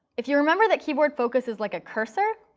if you remember that keyboard focus is like a cursor,